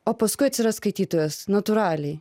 o paskui atsiras skaitytojas natūraliai